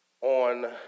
on